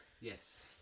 yes